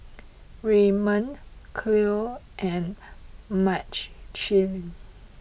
Redmond Cleo and Machelle